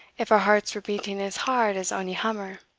if our hearts were beating as hard as ony hammer.